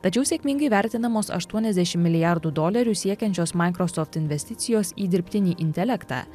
tačiau sėkmingai vertinamos aštuoniasdešimt milijardų dolerių siekiančios microsoft investicijos į dirbtinį intelektą